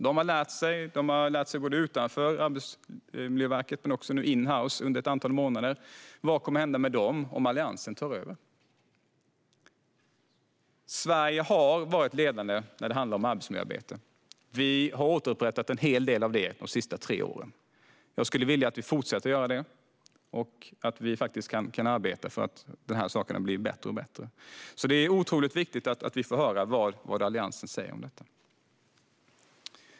De har lärt sig både utanför Arbetsmiljöverket och in-house under ett antal månader. Vad kommer att hända med dem om Alliansen tar över? Sverige har varit ledande när det handlar om arbetsmiljöarbete. Vi har återupprättat en hel del av det de senaste tre åren. Jag skulle vilja att vi fortsätter göra det och att vi faktiskt kan arbeta för att dessa saker ska bli bättre och bättre. Det är otroligt viktigt att vi får höra vad Alliansen säger om detta.